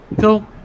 cool